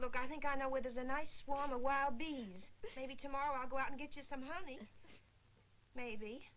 look i think i know where there's a nice warm awhile beings maybe tomorrow i'll go out and get you some honey maybe